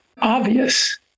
obvious